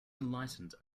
enlightened